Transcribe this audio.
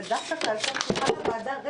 דווקא כאשר שולחן הוועדה ריק,